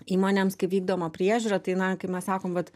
įmonėms kai vykdoma priežiūra tai na kaip mes sakom vat